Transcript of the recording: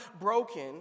broken